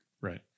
Right